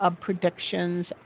predictions